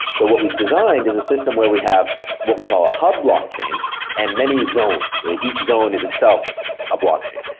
so what we've designed is a system where we have what we call a hub block chain and many zones. each zone is itself a block chain.